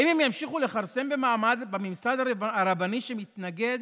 האם הם ימשיכו לכרסם בממסד הרבני, שמתנגד